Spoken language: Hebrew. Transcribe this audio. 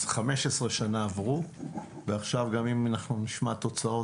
אז 15 שנה עברו ועכשיו גם אם אנחנו נשמע תוצאות,